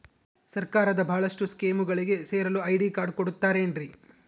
ಸರ್ಕಾರದ ಬಹಳಷ್ಟು ಸ್ಕೇಮುಗಳಿಗೆ ಸೇರಲು ಐ.ಡಿ ಕಾರ್ಡ್ ಕೊಡುತ್ತಾರೇನ್ರಿ?